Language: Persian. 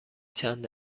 چند